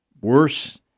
worse